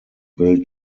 bill